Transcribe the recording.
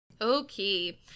Okay